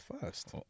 first